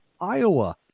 Iowa